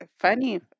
funny